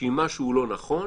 שאם משהו לא נכון